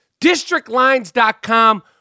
Districtlines.com